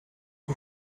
you